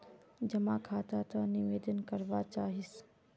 जमा खाता त निवेदन करवा चाहीस?